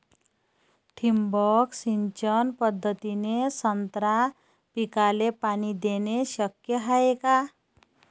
ठिबक सिंचन पद्धतीने संत्रा पिकाले पाणी देणे शक्य हाये का?